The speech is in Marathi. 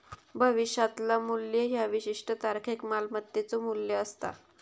भविष्यातला मू्ल्य ह्या विशिष्ट तारखेक मालमत्तेचो मू्ल्य असता